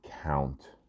count